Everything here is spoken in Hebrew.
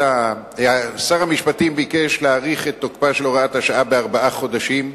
שר המשפטים ביקש להאריך את תוקפה בארבעה חודשים,